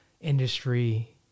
industry